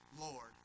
Lord